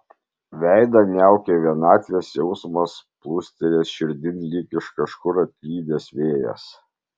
veidą niaukė vienatvės jausmas plūstelėjęs širdin lyg iš kažkur atklydęs vėjas